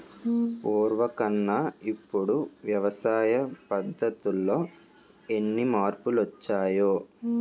పూర్వకన్నా ఇప్పుడు వ్యవసాయ పద్ధతుల్లో ఎన్ని మార్పులొచ్చాయో